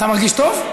אתה מרגיש טוב?